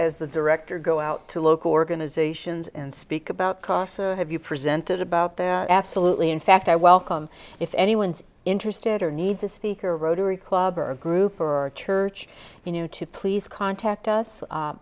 as the director go out to local organizations and speak about costs or have you presented about their absolutely in fact i welcome if anyone's interested or needs a speaker rotary club or a group or a church you know to please contact us